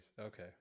Okay